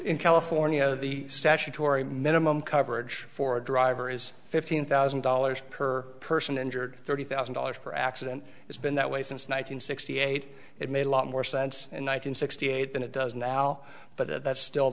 in california the statutory minimum coverage for a driver is fifteen thousand dollars per person injured thirty thousand dollars for accident it's been that way since one thousand nine hundred sixty eight it made a lot more sense in one thousand sixty eight than it does now but that's still